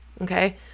okay